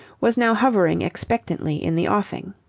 was now hovering expectantly in the offing.